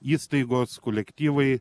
įstaigos kolektyvai